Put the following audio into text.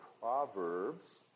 Proverbs